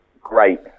great